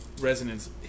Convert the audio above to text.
resonance